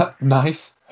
Nice